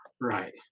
right